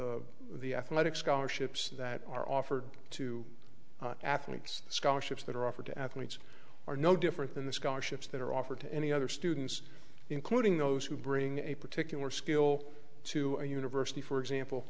the athletic scholarships that are offered to athletes scholarships that are offered to athletes are no different than the scholarships that are offered to any other students including those who bring a particular skill to our universe for example